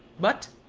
but,